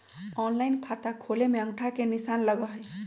Online खाता खोले में अंगूठा के निशान लगहई?